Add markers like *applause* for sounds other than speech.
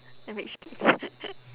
a rich kid *noise*